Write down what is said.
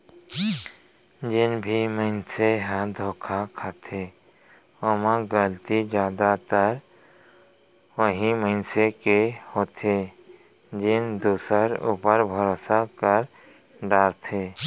जेन भी मनसे ह धोखा खाथो ओमा गलती जादातर उहीं मनसे के होथे जेन दूसर ऊपर भरोसा कर डरथे